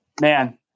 man